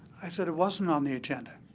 i said, it wasn't on the agenda.